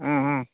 ம் ம்